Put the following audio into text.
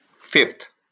fifth